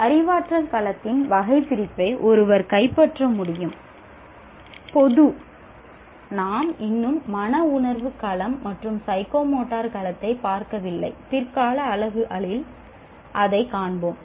இப்போது அறிவாற்றல் களத்தின் வகைபிரிப்பை ஒருவர் கைப்பற்ற முடியும் பொது நாம் இன்னும் மன உணர்வு களம் மற்றும் சைக்கோமோட்டர் களத்தைப் பார்க்கவில்லை பிற்கால அலகுகளில் அதைக் காண்போம்